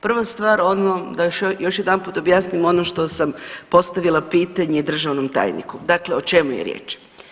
Prva stvar ono da još jedanput objasnim ono što sam postavila pitanje državnom tajniku, dakle o čemu je riječ.